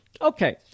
Okay